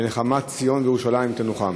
בנחמת ציון וירושלים תנוחמו.